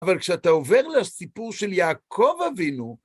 אבל כשאתה עובר לסיפור של יעקב אבינו,